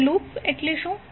હવે લૂપ એટલે શું